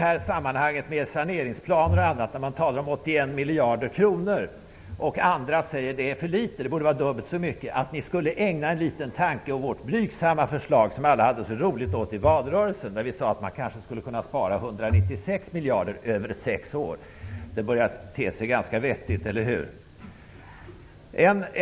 I sammanhanget med saneringsplaner o.d. -- när man talar om 81 miljarder kronor säger somliga att det är för litet och att det borde vara dubbelt så mycket -- skulle ni kanske ägna en liten tanke åt vårt blygamma förslag, vilket alla hade så roligt åt i valrörelsen. Vi sade då att man kanske skulle kunna spara 196 miljarder över sex år. Detta börjar te sig ganska vettigt, eller hur?